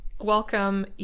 Welcome